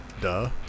Duh